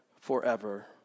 forever